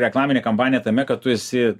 reklaminė kampanija tame kad tu esi